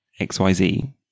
XYZ